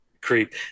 creep